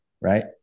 Right